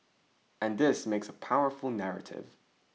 and this makes a powerful narrative